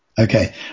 Okay